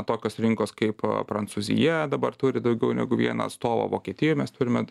tokios rinkos kaip prancūzija dabar turi daugiau negu vieną atstovą vokietijoj mes turime